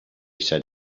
said